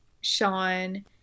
Sean